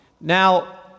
Now